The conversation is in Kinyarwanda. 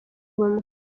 ubumwe